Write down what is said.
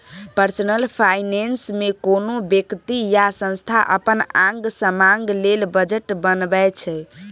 personal finance मे कोनो बेकती या संस्था अपन आंग समांग लेल बजट बनबै छै